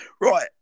Right